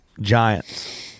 giants